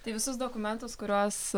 tai visus dokumentus kuriuos